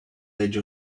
edge